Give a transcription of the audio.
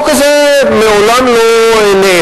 החוק הזה מעולם לא נאכף.